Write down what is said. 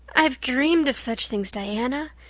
i've dreamed of such things, diana.